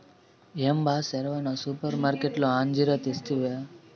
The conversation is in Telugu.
ఏం బా సెరవన సూపర్మార్కట్లో అంజీరా తెస్తివా